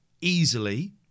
easily